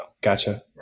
gotcha